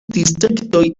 distriktoj